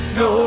no